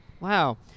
Wow